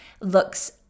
looks